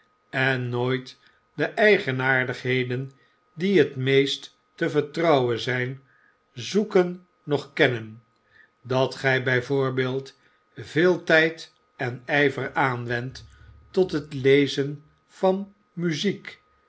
en nooit de eigenaardigheden die het meest te vertrouwen zy n zoeken noch kennen dat g jj bij voorbeeld veel tijd en gver aanwendt tot het lezen van muziek